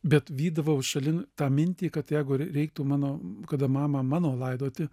bet vydavau šalin tą mintį kad jeigu reiktų mano kada mamą mano laidoti